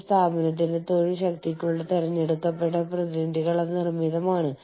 അന്താരാഷ്ട്ര സംയുക്ത സംരംഭങ്ങൾ ലയനങ്ങളിൽ നിന്ന് അല്പം വ്യത്യസ്തമാണ്